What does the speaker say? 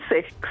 six